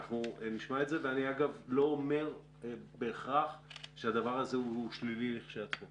אני לא אומר בהכרח שהדבר הזה הוא שלילי לכשעצמו.